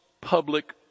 public